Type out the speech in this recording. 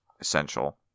essential